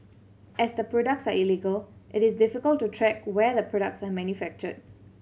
as the products are illegal it is difficult to track where the products are manufactured